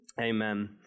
Amen